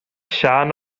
siân